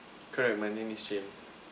correct my name is james